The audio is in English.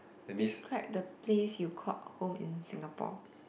describe the place you called home in Singapore